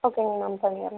ஓகேங்க மேம் பண்ணிடுறோம்